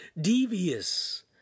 devious